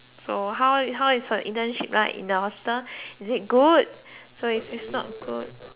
so how how is your internship like in your hospital is it good so if it's not good